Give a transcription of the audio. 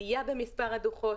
עלייה במספר הדוחות.